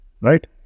Right